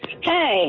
Hey